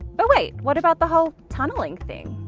but wait, what about the whole tunneling thing?